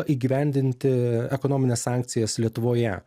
įgyvendinti ekonomines sankcijas lietuvoje